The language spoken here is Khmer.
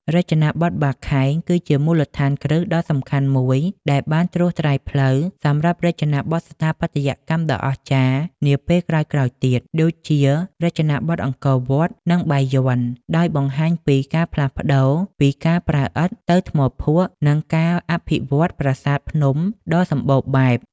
រចនាបថបាខែង គឺជាមូលដ្ឋានគ្រឹះដ៏សំខាន់មួយ ដែលបានត្រួសត្រាយផ្លូវសម្រាប់រចនាបថស្ថាបត្យកម្មដ៏អស្ចារ្យនាពេលក្រោយៗទៀត ដូចជារចនាបថអង្គរវត្ត និងបាយ័ន ដោយបង្ហាញពីការផ្លាស់ប្តូរពីការប្រើឥដ្ឋទៅថ្មភក់ និងការអភិវឌ្ឍប្រាសាទភ្នំដ៏ធំសម្បូរបែប។